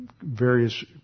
various